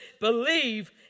believe